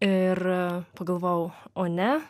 ir pagalvojau o ne